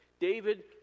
David